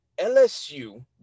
LSU